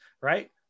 right